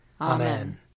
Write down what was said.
Amen